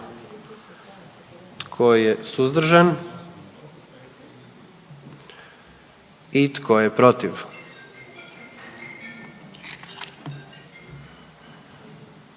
Tko je suzdržan? I tko je protiv?